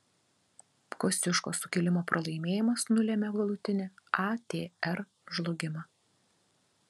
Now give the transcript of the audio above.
kosciuškos sukilimo pralaimėjimas nulėmė galutinį atr žlugimą